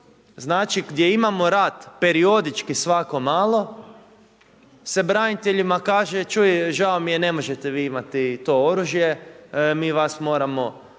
znači gdje imamo rat periodički svako malo se braniteljima kaže – čuj, žao mi je, ne možete vi imati to oružje, mi vas moramo